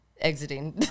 exiting